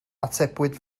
atebwyd